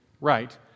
Right